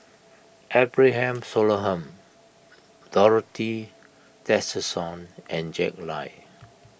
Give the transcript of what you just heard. Abraham Solomon Dorothy Tessensohn and Jack Lai